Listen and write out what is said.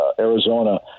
Arizona